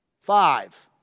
Five